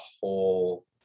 whole